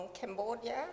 Cambodia